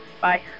bye